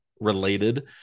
related